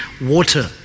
water